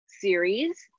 series